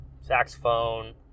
saxophone